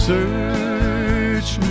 Search